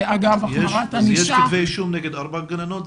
יש כתבי אישום נגד ארבע גננות?